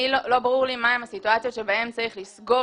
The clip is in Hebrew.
לא ברור לי מה הן הסיטואציות בהן צריך לסגור